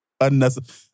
Unnecessary